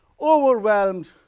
Overwhelmed